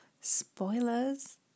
spoilers